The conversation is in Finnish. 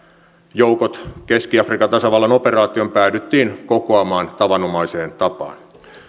joukot keski afrikan tasavallan operaatioon päädyttiin kokoamaan tavanomaiseen tapaan